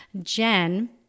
jen